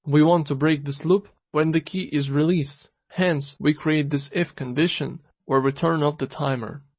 we want to break this loop when the key is released hence we create this if condition where we turn off the timer.